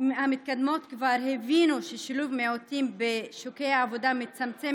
המתקדמות כבר הבינו ששילוב מיעוטים בשוקי העבודה מצמצם